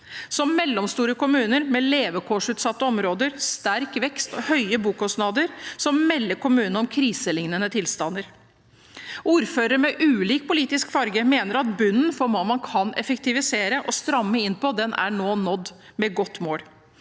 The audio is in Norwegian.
Som mellomstore kommuner med levekårsutsatte områder, sterk vekst og høye bokostnader melder kommunene om kriselignende tilstander. Ordførere med ulik politisk farge mener at bunnen for hva man kan effektivisere og stramme inn på, nå er nådd – med godt mål.